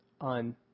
on